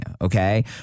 okay